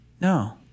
No